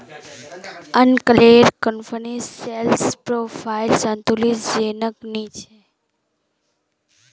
अंकलेर कंपनीर sales profile संतुष्टिजनक नी छोक